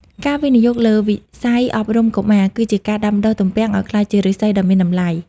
ការវិនិយោគលើវិស័យអប់រំកុមារ គឺជាការដាំដុះទំពាំងឱ្យក្លាយជាឫស្សីដ៏មានតម្លៃ។